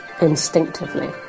instinctively